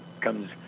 comes